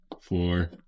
four